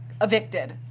evicted